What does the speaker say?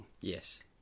Yes